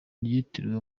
ryitiriwe